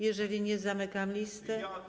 Jeżeli nie, zamykam listę.